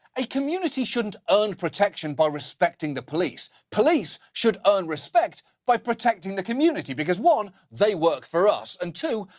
a community shouldn't earn protection by respecting the police. police should earn respect by protecting the community because one, they work for us, and two,